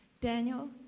Daniel